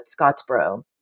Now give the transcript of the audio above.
Scottsboro